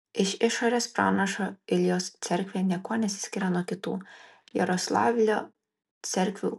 iš išorės pranašo iljos cerkvė niekuo nesiskiria nuo kitų jaroslavlio cerkvių